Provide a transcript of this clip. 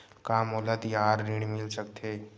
का मोला तिहार ऋण मिल सकथे?